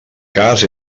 cas